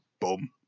boom